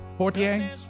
Portier